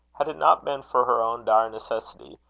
had it not been for her own dire necessity,